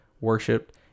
worshipped